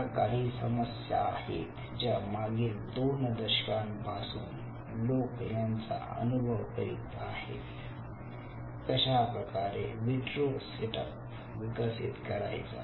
या काही समस्या आहेत ज्या मागील दोन दशकां पासून लोक यांचा अनुभव करीत आहेत कशाप्रकारे विट्रो सेटप विकसित करायचा